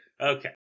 Okay